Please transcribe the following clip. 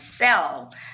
sell